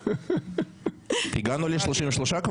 הגענו כבר ל-33?